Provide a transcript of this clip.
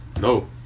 no